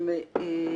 פרופ'